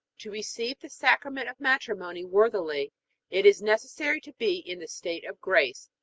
to receive the sacrament of matrimony worthily it is necessary to be in the state of grace,